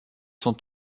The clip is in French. sont